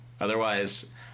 Otherwise